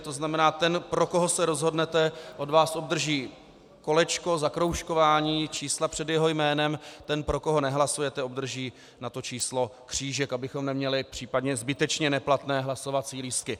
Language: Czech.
To znamená, ten, pro koho se rozhodnete, od vás obdrží kolečko, zakroužkování čísla před jeho jménem, ten, pro koho nehlasujete, obdrží na to číslo křížek, abychom neměli případně zbytečně neplatné hlasovací lístky.